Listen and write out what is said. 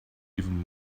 even